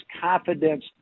confidence